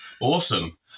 awesome